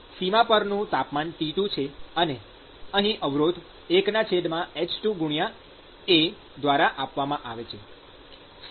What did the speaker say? સીમા પરનું તાપમાન T2 છે અને અહીં અવરોધ 1h2A સ્નેપશોટ જુઓ દ્વારા આપવામાં આવે છે